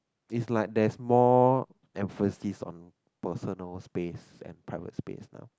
it's like there is more emphasis on personal space and private space lah